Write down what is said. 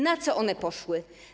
Na co one poszły?